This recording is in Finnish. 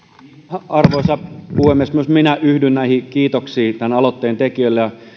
arvoisa puhemies myös minä yhdyn kiitoksiin tämän aloitteen tekijöille